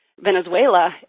Venezuela